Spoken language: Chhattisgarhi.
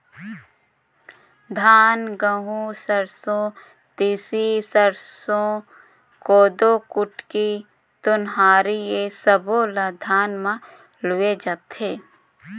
धान, गहूँ, सरसो, तिसी, सरसो, कोदो, कुटकी, ओन्हारी ए सब्बो ल धान म लूए जाथे